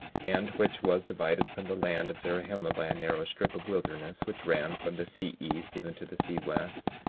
and which was divided from the land of zarahemla by a narrow strip of wilderness, which ran from the sea east even to the sea west,